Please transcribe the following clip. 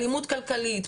אלימות כלכלית,